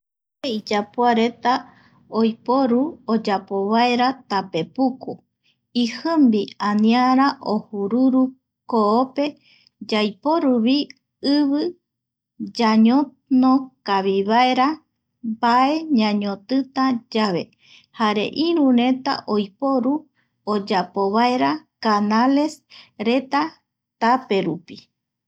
tape iyapoareta oiporu oyapovaera tape puku, ijimbi aniara ojururu koope yaiporuvi ivi yaño no kavi vaera mbae ñañotita yave jare iru reta oiporu oyapo vaera canales reta tape rupi